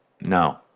No